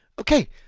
Okay